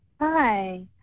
Hi